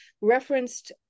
referenced